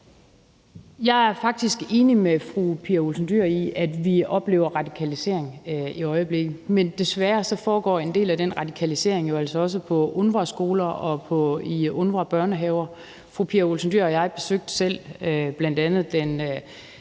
Jeg er faktisk enig med fru Pia Olsen Dyhr i, at vi i øjeblikket oplever en radikalisering, men desværre foregår en del af den radikalisering jo altså også på UNRWA-skoler og i UNRWA-børnehaver. Fru Pia Olsen Dyhr og jeg besøgte selv bl.a. den